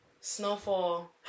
Snowfall